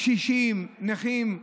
קשישים, נכים,